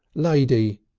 lady!